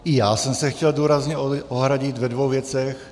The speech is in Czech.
I já jsem se chtěl důrazně ohradit ve dvou věcech.